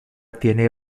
tiene